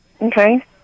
Okay